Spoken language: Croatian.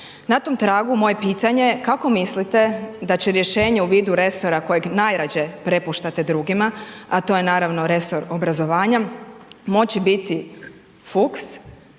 Na tom tragu moje pitanje, kako mislite da će rješenje u vidu resora kojeg najrađe prepuštate drugima, a to je naravno resor obrazovanja moći biti Fuchs